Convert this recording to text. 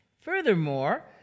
Furthermore